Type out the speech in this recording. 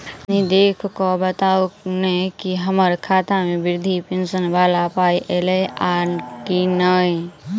कनि देख कऽ बताऊ न की हम्मर खाता मे वृद्धा पेंशन वला पाई ऐलई आ की नहि?